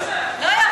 יאללה.